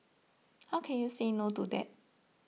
how can you say no to that